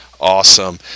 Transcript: awesome